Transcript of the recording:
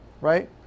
Right